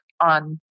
on